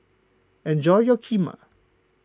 enjoy your Kheema